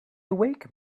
wake